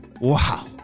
Wow